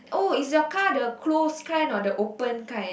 oh is your car the closed kind or the open kind